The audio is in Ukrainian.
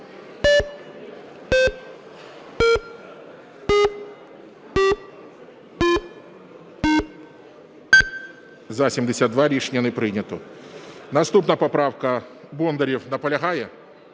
За-72 Рішення не прийнято. Наступна поправка. Бондарєв. Наполягає?